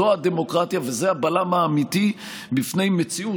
זו הדמוקרטיה וזה הבלם האמיתי בפני מציאות